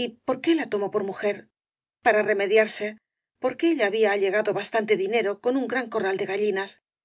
y por qué la tomó por mujer para reme diarse porque ella había allegado bastante dinero con un gran corral de gallinas